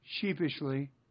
sheepishly